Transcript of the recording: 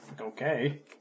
Okay